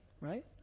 right